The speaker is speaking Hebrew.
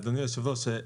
אדוני היושב ראש,